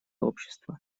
общество